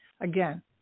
again